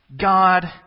God